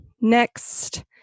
next